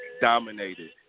dominated